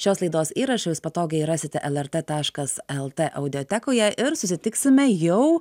šios laidos įrašą jūs patogiai rasite lrt taškas lt audiotekoje ir susitiksime jau